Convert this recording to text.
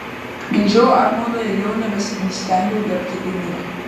giežiau apmaudą ir jau nebeįstengiau gerbti kaimyno